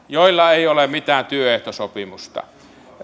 joilla ei ole mitään työehtosopimusta